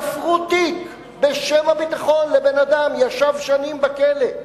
תפרו תיק בשם הביטחון לבן-אדם, ישב שנים בכלא.